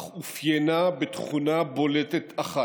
אך אופיינה בתכונה בולטת אחת: